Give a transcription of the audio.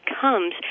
comes